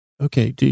okay